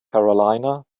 carolina